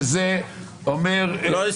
שזה אומר --- לא,